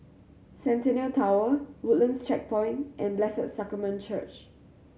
Centennial Tower Woodlands Checkpoint and Blessed Sacrament Church